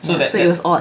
so that